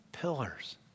pillars